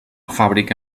fàbrica